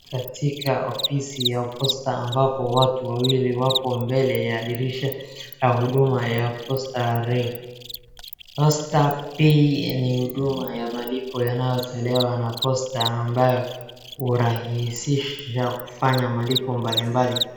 Katika ofisi ya posta ambapo watu wawili wapo mbele ya dirisha ya huduma ya Posta Re. Posta Pay ni huduma ya malipo yanayotolewa na Posta ambayo hurahisisha kufanya malipo mbalimbali.